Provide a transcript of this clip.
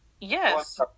Yes